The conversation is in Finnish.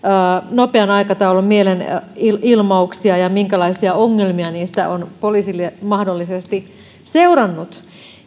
nopean aikataulun mielenilmauksia ja minkälaisia ongelmia niistä on poliisille mahdollisesti seurannut